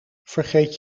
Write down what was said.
vergeet